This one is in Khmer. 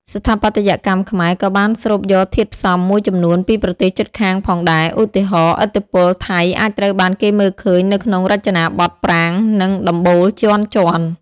ស្ថាបត្យកម្មខ្មែរក៏បានស្រូបយកធាតុផ្សំមួយចំនួនពីប្រទេសជិតខាងផងដែរ។ ឧទាហរណ៍ ឥទ្ធិពលថៃអាចត្រូវបានគេមើលឃើញនៅក្នុងរចនាបថប្រាង្គ និងដំបូលជាន់ៗ។